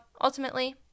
ultimately